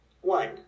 One